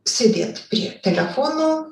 sėdėt prie telefono